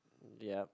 yup